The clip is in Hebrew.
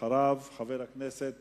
אחריו, חבר הכנסת